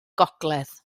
gogledd